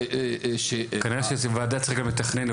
כנראה שבוועדה צריך גם לתכנן,